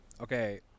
Okay